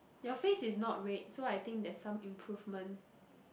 your face is not red so I think there's some improvement